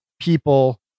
people